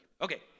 Okay